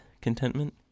contentment